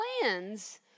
plans